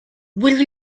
will